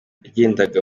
yagendaga